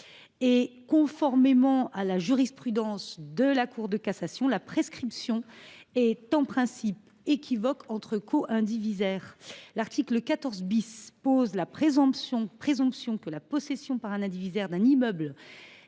et conformément à la jurisprudence de la Cour de cassation, la prescription est en principe équivoque entre coïndivisaires. L’article 14 pose la présomption que la possession par un indivisaire d’un immeuble